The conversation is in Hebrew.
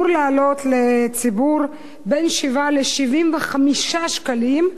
אמור לעלות לציבור בין 7 ל-75 שקלים,